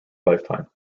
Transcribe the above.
lifetime